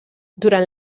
durant